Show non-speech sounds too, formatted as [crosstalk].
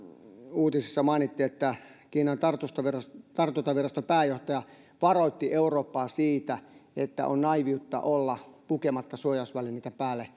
uutisissa mainittiin että kiinan tartuntaviraston tartuntaviraston pääjohtaja varoitti eurooppaa siitä että on naiiviutta olla pukematta suojausvälineitä päälle [unintelligible]